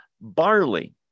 barley